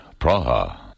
Praha